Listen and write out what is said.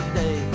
day